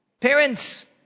Parents